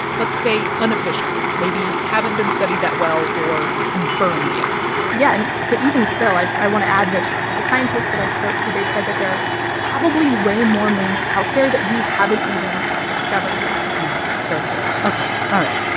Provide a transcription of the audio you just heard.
let's say, unofficial, maybe haven't been studied that well or confirmed yet yeah, and so even still, i i want to add that the scientists that i spoke to they said that there are probably way more moons out there that we haven't even discovered yet wow so cool. ok. all right,